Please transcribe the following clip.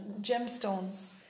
gemstones